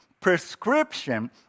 prescription